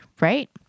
Right